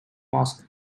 mosque